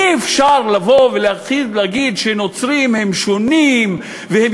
אי-אפשר לבוא ולהגיד שנוצרים הם שונים והם